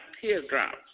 teardrops